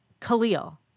Khalil